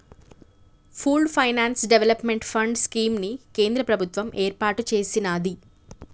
pooled finance development fund scheme ని కేంద్ర ప్రభుత్వం ఏర్పాటు చేసినాది